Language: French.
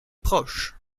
proches